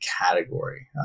category